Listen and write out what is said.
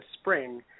spring